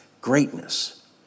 greatness